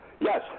yes